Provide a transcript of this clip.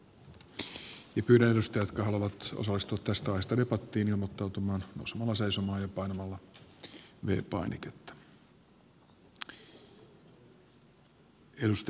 ja pyydän edustajia jotka haluavat osallistua tästä aiheesta debattiin ilmoittautumaan nousemalla seisomaan ja painamalla v painiketta